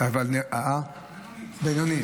בינונית.